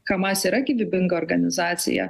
hamas yra gyvybinga organizacija